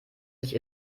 sich